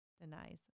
denies